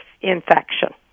infection